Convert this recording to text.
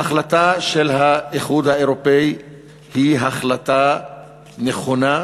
ההחלטה של האיחוד האירופי היא החלטה נכונה.